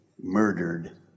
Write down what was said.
murdered